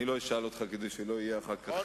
אני לא אשאל אותך, כדי שלא יהיה סעיף,